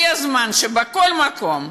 הגיע הזמן שבכל מקום,